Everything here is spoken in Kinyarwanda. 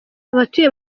abatuye